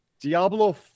diablo